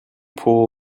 pool